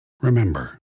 Remember